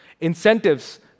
incentives